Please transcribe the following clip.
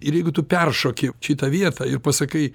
ir jeigu tu peršoki šitą vietą ir pasakai